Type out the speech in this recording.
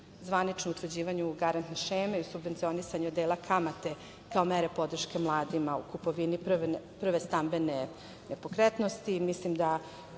zvaničnom utvrđivanju garantne šeme, i subvencionisanju dela kamate, kao mere podrške mladima u kupovini prve stambene nepokretnosti.